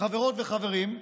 חברות וחברים,